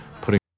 putting